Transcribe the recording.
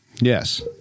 Yes